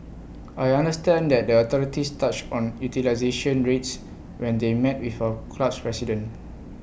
I understand that the authorities touched on utilisation rates when they met with our club's president